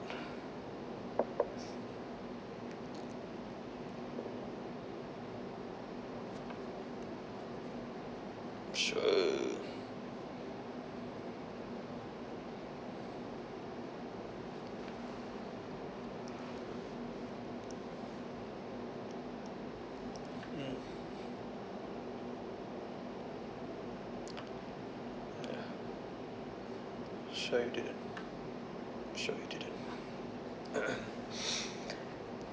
sure mm ya sure you didn't sure you didn't